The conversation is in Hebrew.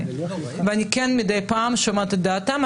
ואני כן מדי פעם שומעת את דעתם.